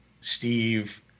Steve